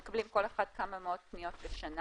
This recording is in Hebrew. הם מקבלים כל אחד כמה מאות פניות בשנה.